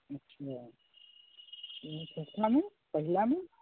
अच्छा छठामे पहिलामे